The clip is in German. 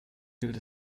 gilt